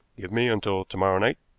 give me until to-morrow night,